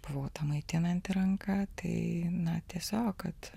buvau ta maitinanti ranka tai na tiesiog kad